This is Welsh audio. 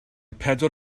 pedwar